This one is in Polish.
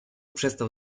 przestał